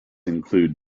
include